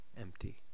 empty